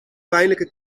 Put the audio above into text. pijnlijke